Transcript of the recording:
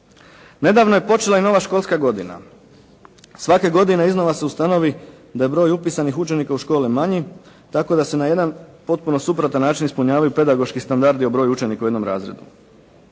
Nedavno je počela i nova školska godina. Svake godine iznova se ustanovi da je broj upisanih učenika u škole manji, tako da se na jedan potpuno suprotan način ispunjavaju pedagoški standardi o broju učenika u jednom razredu.